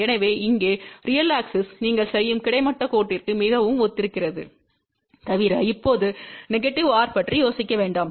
எனவே இங்கே ரியல் அச்சு நீங்கள் செய்யும் கிடைமட்ட கோட்டிற்கு மிகவும் ஒத்திருக்கிறது தவிர இப்போது நெகடிவ் R பற்றி யோசிக்க வேண்டாம்